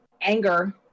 anger